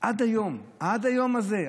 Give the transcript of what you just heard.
עד היום, עד היום הזה.